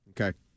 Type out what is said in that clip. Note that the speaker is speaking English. Okay